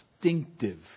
distinctive